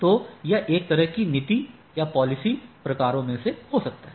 तो यह एक तरह की नीति प्रकारों में से हो सकता है